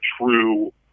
true